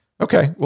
Okay